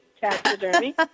taxidermy